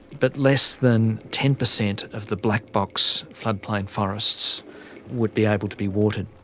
but less than ten percent of the black box floodplain forests would be able to be watered.